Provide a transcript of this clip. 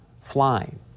flying